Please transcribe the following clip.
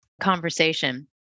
conversation